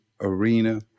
Arena